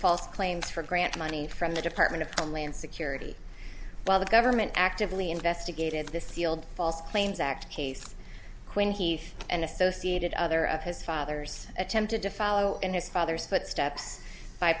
false claims for grant money from the department of homeland security while the government actively investigated the sealed false claims act case when he and associated other of his fathers attempted to follow in his father's footsteps by